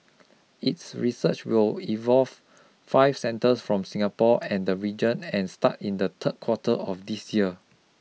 its research will involve five centres from Singapore and the region and start in the third quarter of this year